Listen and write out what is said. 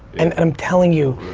and i'm telling you,